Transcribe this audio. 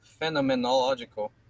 Phenomenological